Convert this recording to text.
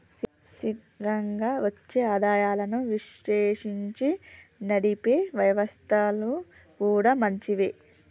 స్థిరంగా వచ్చే ఆదాయాలను విశ్లేషించి నడిపే వ్యవస్థలు కూడా మంచివే